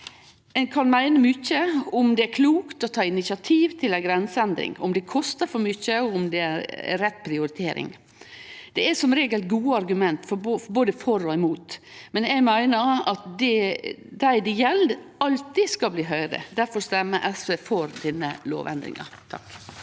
Ein kan meine mykje om det er klokt å ta initiativ til ei grenseendring, om det kostar for mykje og om det er ei rett prioritering. Det er som regel gode argument både for og imot. Eg meiner at dei det gjeld, alltid skal bli høyrde. Difor stemmer SV for lovendringa.